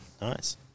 Nice